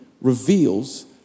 reveals